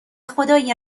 خدای